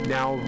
Now